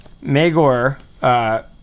Magor